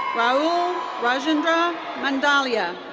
raul rajendra mandalia.